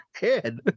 head